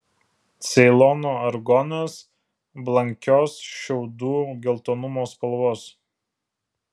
ceilono argonas blankios šiaudų geltonumo spalvos